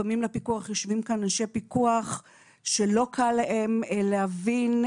לפעמים יושבים כאן אנשי הפיקוח שלא קל להם להבין.